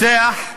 רוצח,